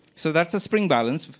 so that's a spring balance.